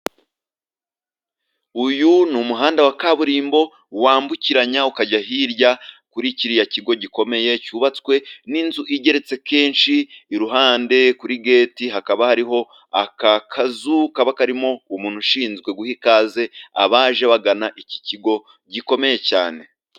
Uyu ni umuhanda wa kaburimbo wambukiranya ukajya hirya kuri kiriya kigo gikomeye cyubatswe n'inzu igeretse kenshi, iruhande kuri geti hakaba hariho aka kazu kaba karimo umuntu ushinzwe guha ikaze abaje bagana iki kigo gikomeye cyane.